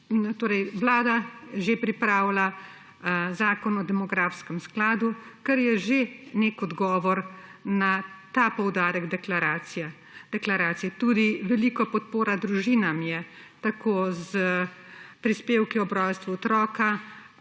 Vlada že pripravlja zakon o demografskem skladu, kar je že nek odgovor na ta poudarek deklaracije. Deklaracija je tudi velika podpora družinam, tako s prispevki ob rojstvu otroka